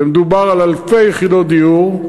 ומדובר על אלפי יחידות דיור,